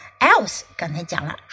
Else,刚才讲了